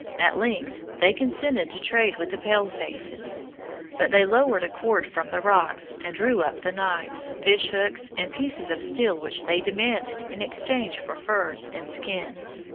at length they consented to trade with the pale-faces but they lowered a cord from the rocks and drew up the knives, fishhooks, and pieces of steel which they demanded in exchange for furs and skins.